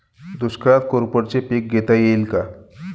दुष्काळात कोरफडचे पीक घेता येईल का?